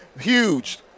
huge